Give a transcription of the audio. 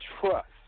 trust